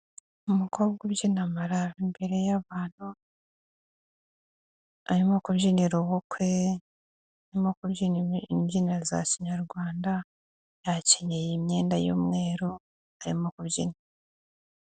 Umukobwa ubyina amaraba imbere y'abantu, arimo kubyinira ubukwe, arimo kubyina imbyino za kinyarwanda, yakenyeye imyenda y'umweru, arimo kubyina.